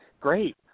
great